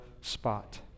spot